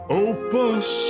opus